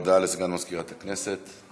הודעה לסגן מזכירת הכנסת.